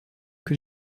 que